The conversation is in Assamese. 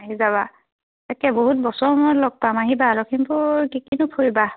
আহি যাবা তাকে বহুত বছৰ মূৰত লগ পাম আহিবা লখিমপুৰ কি কিনো ফুৰিবা